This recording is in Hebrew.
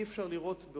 אי-אפשר לראות,